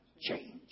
change